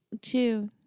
Two